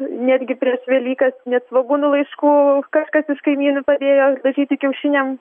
netgi prieš velykas net svogūnų laiškų kažkas iš kaimynų padėjo dažyti kiaušiniam